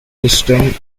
system